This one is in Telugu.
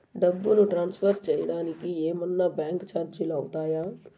డబ్బును ట్రాన్స్ఫర్ సేయడానికి ఏమన్నా బ్యాంకు చార్జీలు అవుతాయా?